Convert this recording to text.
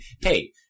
Hey